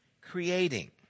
creating